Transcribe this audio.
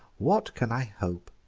what can i hope?